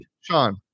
Sean